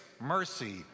mercy